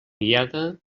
guiada